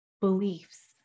beliefs